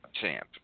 champ